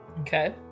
Okay